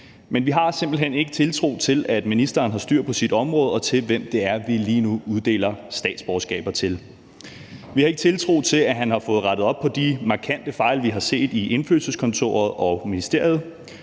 Vi har simpelt hen ikke tiltro til, at ministeren har styr på sit område, og til, hvem det er, vi lige nu uddeler statsborgerskaber til. Vi har ikke tiltro til, at ministeren har fået rettet op på de markante fejl, vi har set i Indfødsretskontoret og ministeriet,